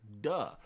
duh